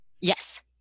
Yes